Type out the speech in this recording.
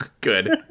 Good